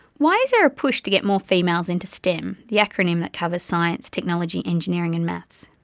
why is there a push to get more females into stem, the acronym that covers science, technology, engineering and maths?